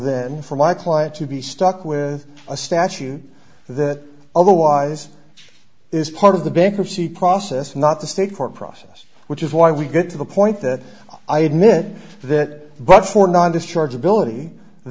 then for my client to be stuck with a statute that otherwise is part of the bankruptcy process not the state court process which is why we get to the point that i admit that but for now on this charge ability